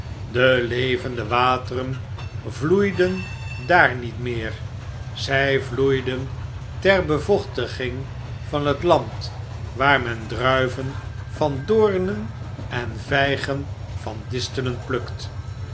de levende wateren vloeiden daar niet meer zij vloeiden ter bevochtiging van het land waar men druiven van doornen en vijgen van distelen plukt